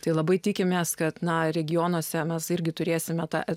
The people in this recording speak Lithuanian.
tai labai tikimės kad na regionuose mes irgi turėsime tą